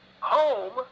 home